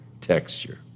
texture